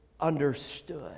understood